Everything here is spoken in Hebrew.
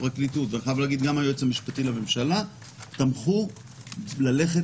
הפרקליטות וגם היועץ המשפטי לממשלה נטו ללכת